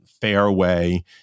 Fairway